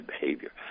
behavior